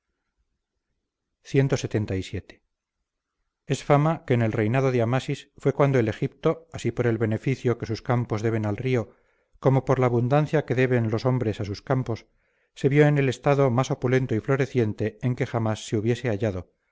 clxxvii es fama que en el reinado de amasis fue cuando el egipto así por el beneficio que sus campos deben al río como por la abundancia que deben los hombres a sus campos se vio en el estado más opulento y floreciente en que jamás se hubiese hallado